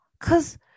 cause